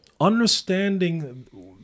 understanding